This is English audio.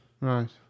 Right